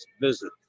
visit